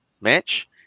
match